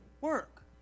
work